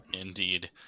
indeed